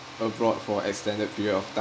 abroad for extended period of time